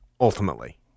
Ultimately